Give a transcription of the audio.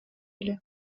эле